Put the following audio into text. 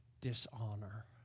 dishonor